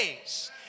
days